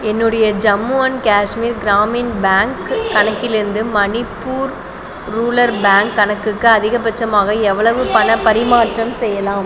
என்னுடைய Jammu and Kashmir Gramin bank கணக்கிலிருந்து Manipur rural bank கணக்குக்கு அதிகபட்சமாக எவ்வளவு பணப் பரிமாற்றம் செய்யலாம்